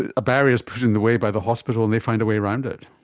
ah a barrier is put in the way by the hospital and they find a way around it.